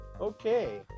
okay